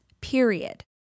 Period